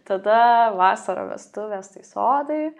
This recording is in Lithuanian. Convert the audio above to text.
tada vasara vestuvės tai sodai